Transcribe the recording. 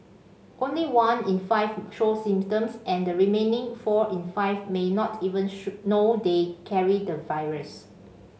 only one in five show symptoms and the remaining four in five may not even show know they carry the virus